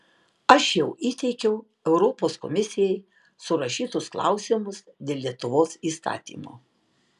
aš jau įteikiau europos komisijai surašytus klausimus dėl lietuvos įstatymo